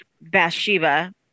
Bathsheba